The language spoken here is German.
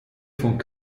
von